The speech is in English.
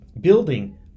building